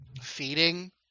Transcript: Feeding